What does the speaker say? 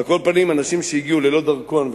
על כל פנים, אנשים שהגיעו ללא